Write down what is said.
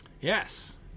Yes